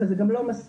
אבל זה גם לא מספיק.